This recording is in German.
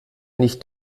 nicht